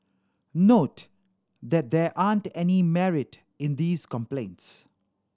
not that there aren't any merit in these complaints